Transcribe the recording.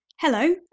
Hello